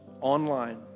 online